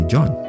John